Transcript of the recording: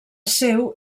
seu